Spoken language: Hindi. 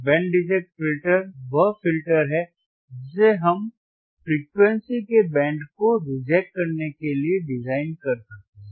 बैंड रिजेक्ट फिल्टर वह फिल्टर है जिसे हम फ्रीक्वेंसी के बैंड को रिजेक्ट करने के लिए डिजाइन कर सकते हैं